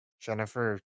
Jennifer